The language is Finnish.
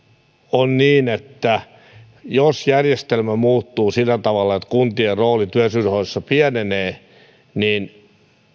on niin että jos järjestelmä muuttuu sillä tavalla että kuntien rooli työllisyydenhoidossa pienenee niin